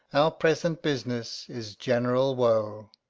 our present business is general woe.